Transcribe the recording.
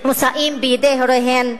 מושאות בידי הוריהן,